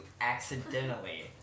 accidentally